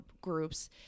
groups